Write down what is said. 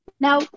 Now